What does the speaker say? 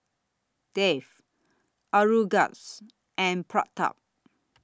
Dev Aurangzeb and Pratap